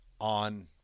on